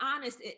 honest